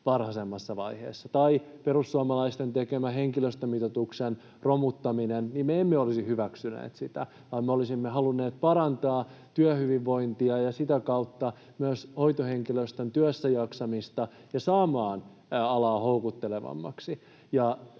Tai perussuomalaisten tekemä henkilöstömitoituksen romuttaminen — me emme olisi hyväksyneet sitä, vaan me olisimme halunneet parantaa työhyvinvointia ja sitä kautta myös hoitohenkilöstön työssäjaksamista ja näin saada alaa houkuttelevammaksi.